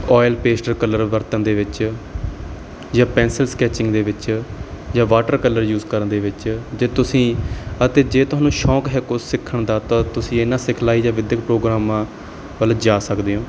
oil pastel colour ਵਰਤਣ ਦੇ ਵਿੱਚ ਜਾਂ ਪੈਂਸਿਲ ਸਕੈਚਿੰਗ ਦੇ ਵਿੱਚ ਜਾਂ ਵਾਟਰ ਕਲਰ ਯੂਜ਼ ਕਰਨ ਦੇ ਵਿੱਚ ਜੇ ਤੁਸੀਂ ਅਤੇ ਜੇ ਤੁਹਾਨੂੰ ਸ਼ੌਂਕ ਹੈ ਕੁਝ ਸਿੱਖਣ ਦਾ ਤਾਂ ਤੁਸੀਂ ਇਹਨਾਂ ਸਿਖਲਾਈ ਜਾਂ ਵਿਦਿਅਕ ਪ੍ਰੋਗਰਾਮਾਂ ਵੱਲ ਜਾ ਸਕਦੇ ਹੋ